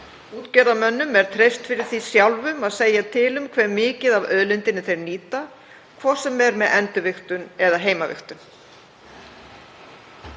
Útgerðarmönnum er treyst fyrir því sjálfum að segja til um hve mikið af auðlindinni þeir nýta, hvort sem er með endurvigtun eða heimavigtun.